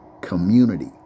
community